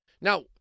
Now